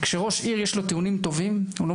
כשראש עיר יש לו טיעונים טובים הוא לא